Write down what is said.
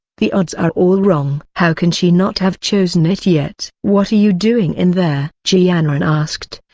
the odds are all wrong. how can she not have chosen it yet? what are you doing in there? ji yanran asked,